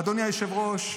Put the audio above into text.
אדוני היושב-ראש,